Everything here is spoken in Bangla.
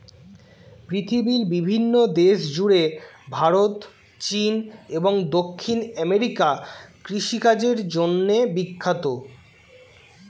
পৃথিবীর বিভিন্ন দেশ জুড়ে ভারত, চীন এবং দক্ষিণ আমেরিকা কৃষিকাজের জন্যে বিখ্যাত